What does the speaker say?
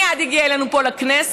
מייד הגיע אלינו פה לכנסת,